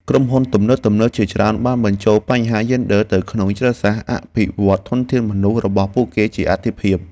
ក្រុមហ៊ុនទំនើបៗជាច្រើនបានបញ្ចូលបញ្ហាយេនឌ័រទៅក្នុងយុទ្ធសាស្ត្រអភិវឌ្ឍន៍ធនធានមនុស្សរបស់ពួកគេជាអាទិភាព។